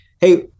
hey